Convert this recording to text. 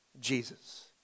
Jesus